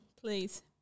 Please